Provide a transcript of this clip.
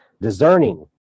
discerning